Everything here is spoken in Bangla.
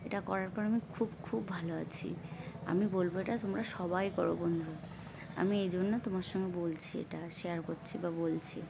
এটা করার পর আমি খুব খুব ভালো আছি আমি বলবো এটা তোমরা সবাই করো বন্ধু আমি এই জন্য তোমার সঙ্গে বলছি এটা শেয়ার করছি বা বলছি